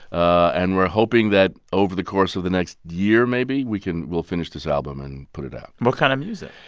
ah and we're hoping that over the course of the next year, maybe, we can we'll finish this album and put it out what kind of music?